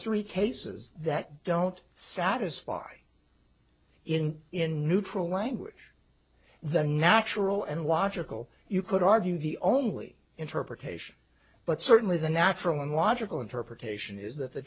three cases that don't satisfy in in neutral language the natural and logical you could argue the only interpretation but certainly the natural and logical interpretation is that the